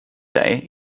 day